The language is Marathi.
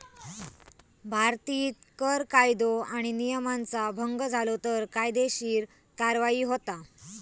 भारतीत कर कायदो आणि नियमांचा भंग झालो तर कायदेशीर कार्यवाही होता